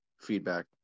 feedback